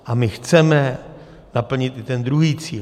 A my chceme naplnit i ten druhý cíl.